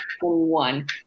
one